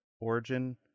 origin